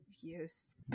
use